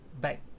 back